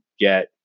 get